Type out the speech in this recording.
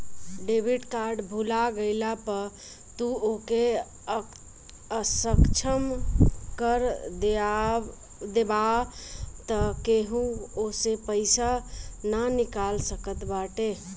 debit card भूला गईला पअ तू ओके असक्षम कर देबाअ तअ केहू ओसे पईसा ना निकाल सकत बाटे